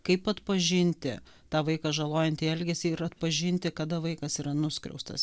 kaip atpažinti tą vaiką žalojantį elgesį ir atpažinti kada vaikas yra nuskriaustas